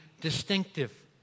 distinctive